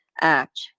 act